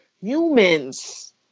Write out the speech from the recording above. humans